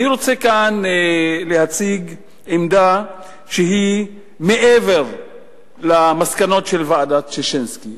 אני רוצה כאן להציג עמדה שהיא מעבר למסקנות של ועדת-ששינסקי,